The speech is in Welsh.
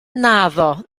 naddo